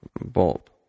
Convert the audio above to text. bulb